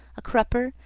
a crupper,